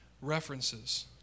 references